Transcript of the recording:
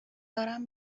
دارم